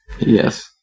Yes